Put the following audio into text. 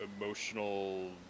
emotional